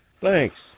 Thanks